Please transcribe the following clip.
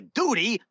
duty